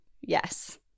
yes